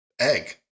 egg